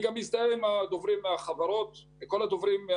אני גם מזדהה עם הדוברים נציגי החברות והאיגודים,